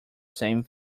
same